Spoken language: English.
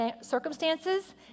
circumstances